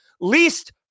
Least